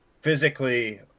physically